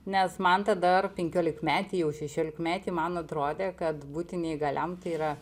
nes man tada ar penkiolikmetei jau šešiolikmetei man atrodė kad būti neįgaliam tai yra